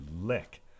lick